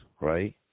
right